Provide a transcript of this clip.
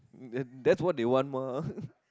then that's what they want mah